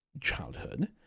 childhood